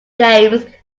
games